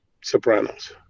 Sopranos